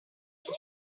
sur